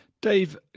Dave